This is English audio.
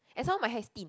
and hor my hair is thin